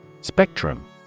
Spectrum